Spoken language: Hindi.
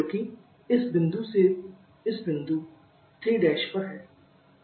जो कि इस बिंदु से इस बिंदु 3' पर है